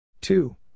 Two